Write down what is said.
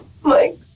Mike